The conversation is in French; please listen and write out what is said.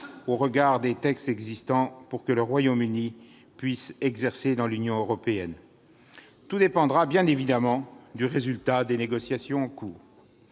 au regard des textes existants, pour que le Royaume-Uni puisse exercer dans l'Union européenne. Tout dépendra bien évidemment du résultat des négociations en cours.